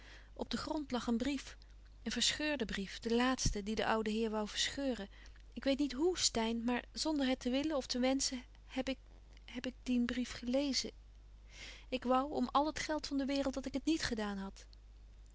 op den grond lag een brief een verscheurde brief den laatste dien de oude heer woû verscheuren ik weet niet hoè steyn maar zonder het te willen ofte wenschen heb ik heb ik dien brief gelezen ik woû om al het geld van de wereld dat ik het niet gedaan had